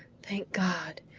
thank god!